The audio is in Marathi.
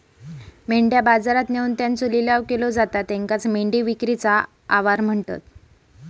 मेंढ्या बाजारात नेऊन त्यांचो लिलाव केलो जाता त्येकाचं मेंढी विक्रीचे आवार म्हणतत